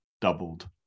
doubled